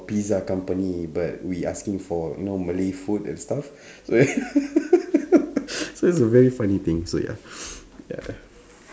pizza company but we asking for you know malay food and stuff so it's a very funny thing so ya ya